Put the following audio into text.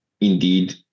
indeed